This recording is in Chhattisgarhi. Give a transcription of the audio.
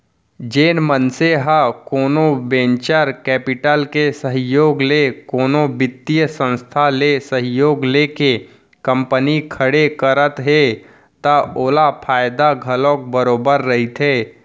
जेन मनसे ह कोनो वेंचर कैपिटल के सहयोग ले कोनो बित्तीय संस्था ले सहयोग लेके कंपनी खड़े करत हे त ओला फायदा घलोक बरोबर रहिथे